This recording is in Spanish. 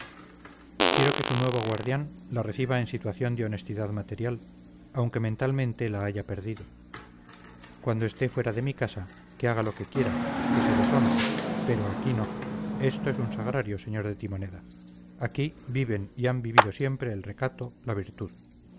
quiero que su nuevo guardián la reciba en situación de honestidad material aunque mentalmente la haya perdido cuando esté fuera de mi casa que haga lo que quiera que se deshonre pero aquí no esto es un sagrario sr de timoneda aquí viven y han vivido siempre el recato la virtud